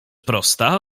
prosta